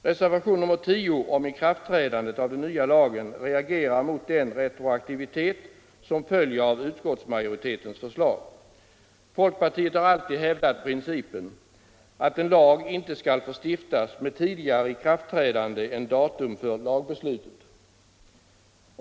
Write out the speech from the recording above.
Reservationen 10 om ikraftträdandet av den nya lagen reagerar mot den retroaktivitet som följer av utskottsmajoritetens förslag. Folkpartiet har alltid hävdat principen att en lag inte skall få stiftas med tidigare ikraftträdande än datum för lagbeslutet.